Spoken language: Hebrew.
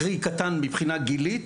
קרי קטן מבחינה גילית,